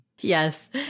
Yes